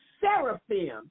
seraphim